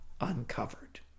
Uncovered